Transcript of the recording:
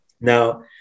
Now